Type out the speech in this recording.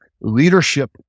leadership